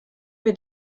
wir